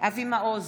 אבי מעוז,